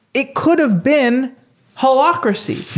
it could have been holacracy.